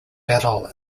battle